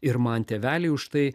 ir man tėveliai už tai